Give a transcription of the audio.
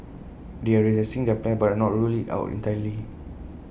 they are reassessing their plans but have not ruled IT out entirely